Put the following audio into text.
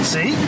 See